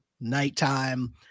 nighttime